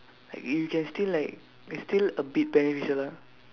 like you can still like it's still a bit beneficial lah